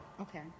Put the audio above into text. Okay